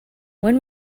when